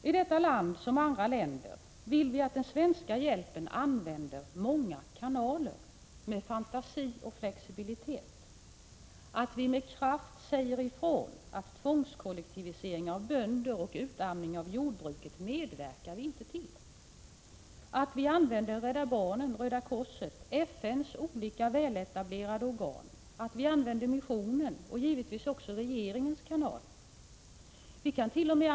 I detta land som i andra länder vill vi att den svenska hjälpen med fantasi och flexibilitet använder många kanaler, att vi med kraft säger ifrån att vi inte medverkar till tvångskollektivisering av bönder och utarmning av jordbruket, att vi använder Rädda barnen, Röda korset och FN:s olika väletablerade organ, att vi använder missionen och givetvis också regeringens kanaler. Vi kant.o.m.